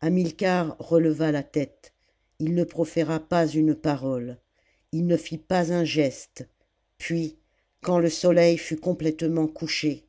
hamilcar releva la tète il ne proféra pas une parole il ne fit pas un geste puis quand le soleil fut complètement couché